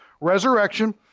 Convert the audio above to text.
resurrection